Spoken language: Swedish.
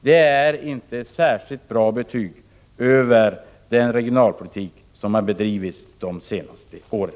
Det är inte ett särskilt bra betyg på den regionalpolitik som har bedrivits de senaste åren.